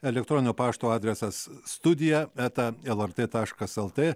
elektroninio pašto adresas studija eta lrt taškas lt